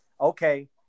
Okay